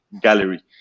gallery